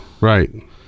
right